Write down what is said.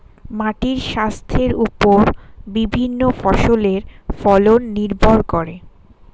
মাটির স্বাস্থ্যের ওপর বিভিন্ন ফসলের ফলন নির্ভর করে